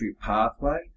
pathway